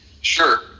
Sure